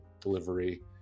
delivery